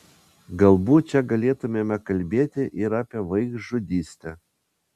galbūt čia galėtumėme kalbėti ir apie vaikžudystę